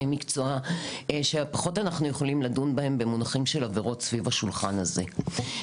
מקצוע שפחות אנחנו יכולים לדון בהם במונחים של עבירות סביב השולחן הזה.